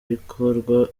ikorwa